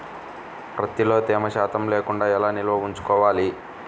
ప్రత్తిలో తేమ శాతం లేకుండా ఎలా నిల్వ ఉంచుకోవాలి?